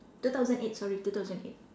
two thousand eight sorry two thousand eight